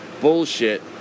bullshit